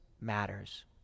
matters